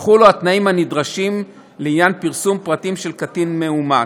יחולו התנאים הנדרשים לעניין פרסום פרטים של קטין מאומץ.